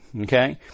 Okay